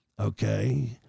okay